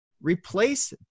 Replace